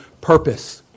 purpose